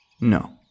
No